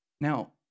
Now